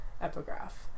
epigraph